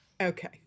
Okay